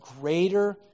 greater